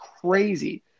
crazy